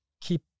keep